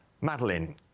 Madeline